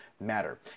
matter